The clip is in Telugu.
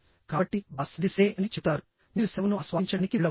కాబట్టి బాస్ అది సరే అని చెబుతారు మీరు సెలవును ఆస్వాదించడానికి వెళ్ళవచ్చు